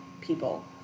people